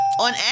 On